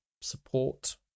support